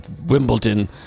Wimbledon